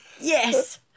Yes